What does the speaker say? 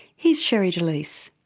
here's sherre delys.